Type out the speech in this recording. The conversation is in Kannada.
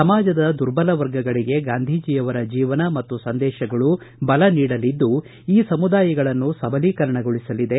ಸಮಾಜದ ದುರ್ಬಲ ವರ್ಗಗಳಿಗೆ ಗಾಂಧೀಜಿ ಅವರ ಜೀವನ ಮತ್ತು ಸಂದೇಶಗಳು ಬಲ ನೀಡಲಿದ್ದು ಈ ಸಮುದಾಯಗಳನ್ನು ಸಬಲೀಕರಣಗೊಳಿಸಲಿದೆ